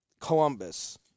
Columbus